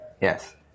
Yes